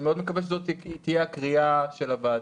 ואני מאוד מקווה שזאת תהיה הקריאה של הוועדה.